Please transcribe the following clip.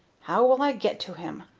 how will i get to him?